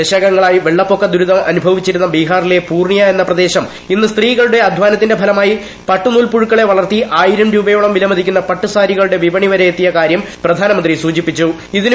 ദശകങ്ങളായി വെള്ളപ്പൊക്ക ദുരിതം അനുഭവിച്ചിരുന്ന ബീഹാറിലെ പൂർണിയ എന്ന പ്രദേശം ഇന്ന് സ്ത്രീകളുടെ അധ്വാനത്തിന്റെ ഫലമായി പട്ടുനൂൽ പുഴുക്കളെ വളർത്തി ആയിരം രൂപയോളം വിലമതിക്കുന്ന പട്ടുസാരികളുടെ വിപണി വരെയെത്തിയ കാര്യം ഇതിനുപിന്നിൽ പ്രവർത്തിച്ച പ്രധാനമന്ത്രി സൂചിപ്പിച്ചു